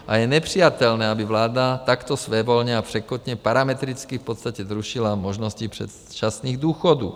A je nepřijatelné, aby vláda takto svévolně a překotně, parametricky v podstatě zrušila možnosti předčasných důchodů.